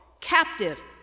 captive